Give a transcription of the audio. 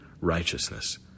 righteousness